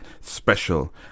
special